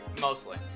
Mostly